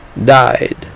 died